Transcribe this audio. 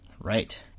Right